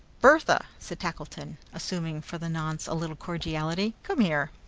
bertha! said tackleton, assuming, for the nonce, a little cordiality. come here.